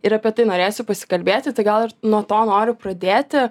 ir apie tai norėsiu pasikalbėti tai gal ir nuo to noriu pradėti